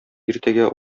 иртәгә